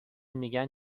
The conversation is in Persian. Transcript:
میگن